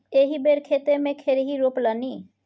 एहि बेर खेते मे खेरही रोपलनि